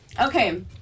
Okay